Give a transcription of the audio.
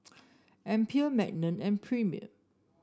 Alpen Magnum and Premier